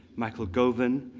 michael govan,